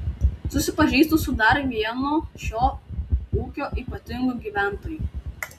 susipažįstu su dar vienu šio ūkio ypatingu gyventoju